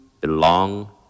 belong